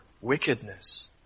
wickedness